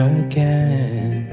again